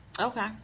Okay